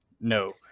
no